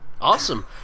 awesome